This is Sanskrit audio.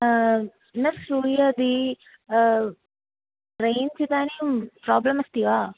न श्रूयते रैंच् इदानीं प्राब्लम् अस्ति वा